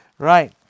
Right